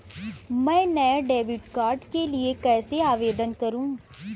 मैं नए debit card के लिए कैसे आवेदन करूं?